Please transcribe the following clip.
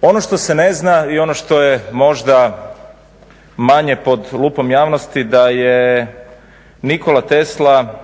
Ono što se ne zna i ono što je možda manje pod lupom javnosti da je Nikola Tesla